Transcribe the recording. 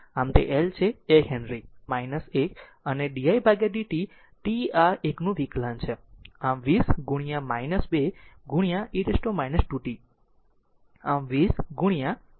આમ તે L છે 1 હેનરી 1 અને didt t આ 1 નું વિકલન છે આમ 20 2 e t 2t